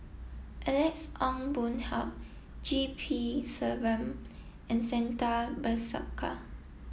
Alex Ong Boon Hau G P Selvam and Santha Bhaskar